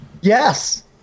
Yes